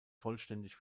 vollständig